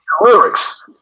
lyrics